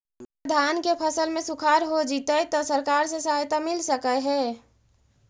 अगर धान के फ़सल में सुखाड़ होजितै त सरकार से सहायता मिल सके हे?